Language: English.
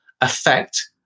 affect